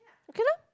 okay lah